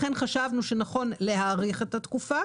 לכן חשבנו שנכון להאריך את התקופה